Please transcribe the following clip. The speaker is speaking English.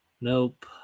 Nope